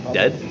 dead